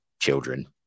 children